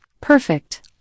Perfect